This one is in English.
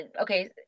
Okay